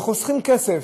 וחוסכים כסף,